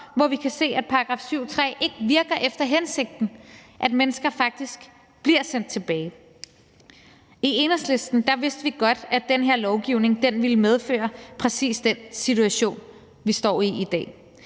når vi kan se, at § 7, stk. 3, ikke virker efter hensigten, da mennesker faktisk bliver sendt tilbage. I Enhedslisten vidste vi godt, at den her lovgivning ville medføre præcis den situation, vi står i i dag.